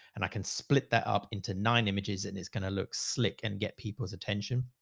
and i can split that up into nine images and it's going to look slick and get people's attention.